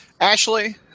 Ashley